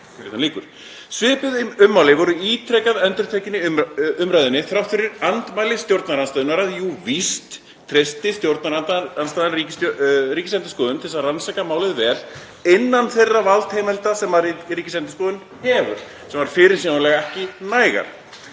Svipuð ummæli voru ítrekað endurtekin í umræðunni þrátt fyrir andmæli stjórnarandstöðunnar um að jú, víst treysti stjórnarandstaðan Ríkisendurskoðun til að rannsaka málið vel innan þeirra valdheimilda sem Ríkisendurskoðun hefur, sem voru fyrirsjáanlega ekki nægar.